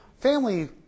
family